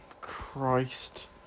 Christ